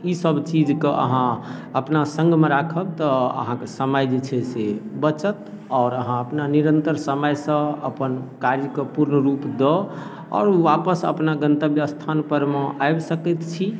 ईसब चीजके अहाँ अपना सङ्गमे राखब तऽ अहाँके समय जे छै से बचत आओर अहाँ अपना निरन्तर समयसँ अपन कार्यके पूर्ण रूप दऽ आओर वापस अपना गन्तव्य स्थानपरमे आबि सकै छी